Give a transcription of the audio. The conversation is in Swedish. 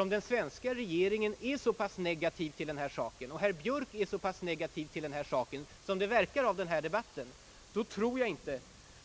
Om svenska regeringen och herr Björk har en så pass negativ inställning som den här debat ten visar, så tror jag inte